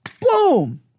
Boom